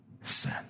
sin